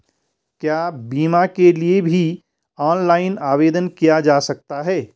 क्या बीमा के लिए भी ऑनलाइन आवेदन किया जा सकता है?